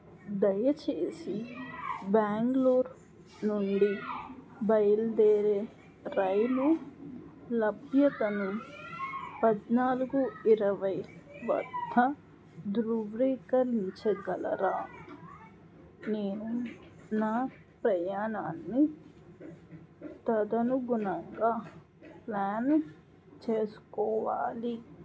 దయచేసి బెంగుళూరు నుండి బయలుదేరే రైలు లభ్యతను పద్నాలుగు ఇరవై వద్ద ధృవ్రీకరించగలరా నేను నా ప్రయాణాన్ని తదనుగుణంగా ప్లాన్ చేసుకోవాలి